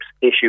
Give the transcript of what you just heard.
issue